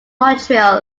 montreal